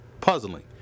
puzzling